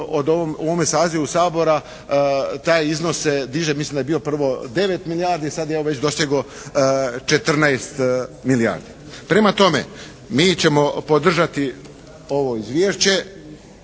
u ovome sazivu Sabora taj iznos se diže. Mislim da je bio prvo 9 milijardi, sad je evo, već doseg'o 14 milijardi. Prema tome, mi ćemo podržati ovo izvješće.